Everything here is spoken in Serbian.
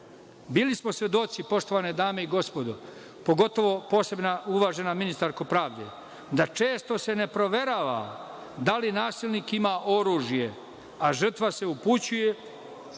smo svedoci, poštovane dame i gospodo, pogotovo, posebno uvažena ministarko pravde, da se često ne proverava da li nasilnik ima oružje, a žrtva se upućuje